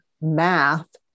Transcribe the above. math